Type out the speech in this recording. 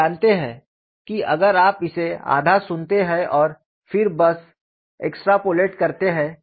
आप जानते हैं कि अगर आप इसे आधा सुनते हैं और फिर बस एक्स्ट्रापोलेट करते हैं